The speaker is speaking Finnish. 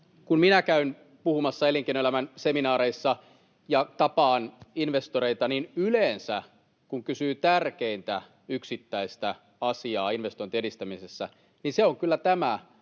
kun minä käyn puhumassa elinkeinoelämän seminaareissa ja tapaan investoreita, niin yleensä, kun kysyy tärkeintä yksittäistä asiaa investointien edistämisessä, se on kyllä tämä